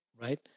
right